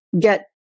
get